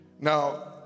Now